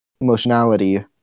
emotionality